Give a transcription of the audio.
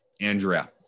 Andrea